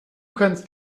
kannst